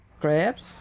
Crabs